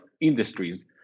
industries